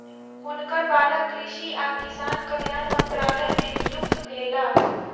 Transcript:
हुनकर बालक कृषि आ किसान कल्याण मंत्रालय मे नियुक्त भेला